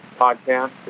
podcast